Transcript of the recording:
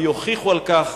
ויוכיחו על כך